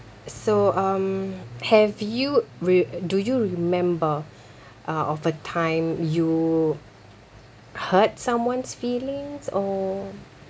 so um have you re~ do you remember uh of a time you hurt someone's feelings or